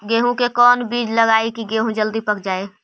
गेंहू के कोन बिज लगाई कि गेहूं जल्दी पक जाए?